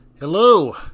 Hello